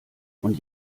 und